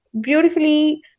beautifully